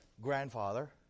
grandfather